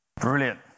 Brilliant